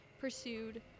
Pursued